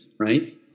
right